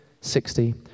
sixty